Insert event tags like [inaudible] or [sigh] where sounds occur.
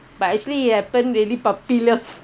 but actually it happen really puppy love [laughs]